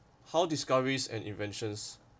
how discoveries and inventions